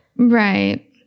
Right